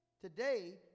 Today